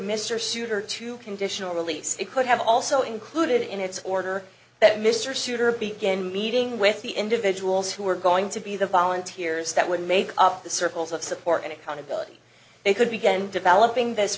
mr souter to conditional release it could have also included in its order that mr souter began meeting with the individuals who were going to be the volunteers that would make up the circles of support and accountability they could begin developing this